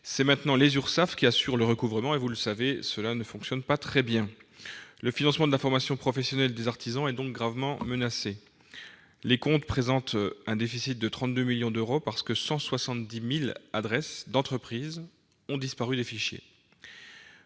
Ce sont maintenant les Urssaf qui en assurent le recouvrement. Comme vous le savez, cela ne fonctionne pas très bien et le financement de la formation professionnelle des artisans est gravement menacé. Les comptes présentent un déficit de 32 millions d'euros parce que 170 000 adresses d'entreprises ont disparu des fichiers.